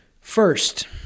first